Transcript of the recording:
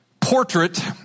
Portrait